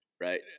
Right